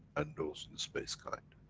and those in the space kind,